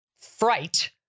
fright